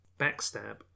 backstab